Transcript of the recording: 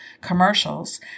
commercials